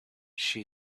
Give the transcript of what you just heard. she